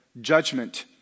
judgment